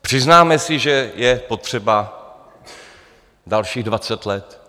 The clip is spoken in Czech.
Přiznáme si, že je potřeba dalších dvacet let?